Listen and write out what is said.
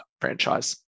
franchise